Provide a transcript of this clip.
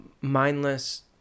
mindless